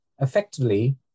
effectively